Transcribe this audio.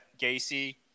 Gacy